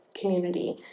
community